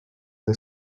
the